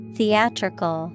Theatrical